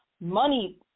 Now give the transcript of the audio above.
money